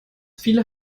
viele